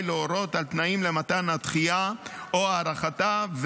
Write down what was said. להורות על תנאים למתן הדחייה או הארכתה,